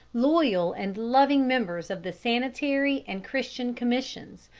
loyal and loving members of the sanitary and christian commissions,